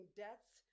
deaths